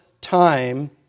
time